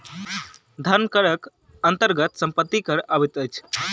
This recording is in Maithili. धन करक अन्तर्गत सम्पत्ति कर अबैत अछि